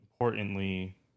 importantly